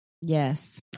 Yes